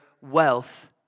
wealth